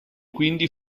quindi